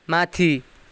माथि